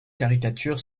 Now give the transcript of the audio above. caricatures